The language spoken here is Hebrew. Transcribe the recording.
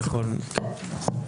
נכון.